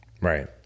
Right